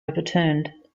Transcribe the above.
overturned